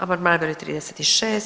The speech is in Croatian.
Amandman broj 36.